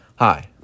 Hi